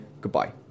Goodbye